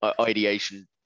ideation